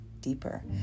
deeper